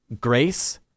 Grace